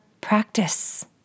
practice